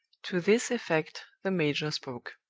to this effect the major spoke.